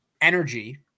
energy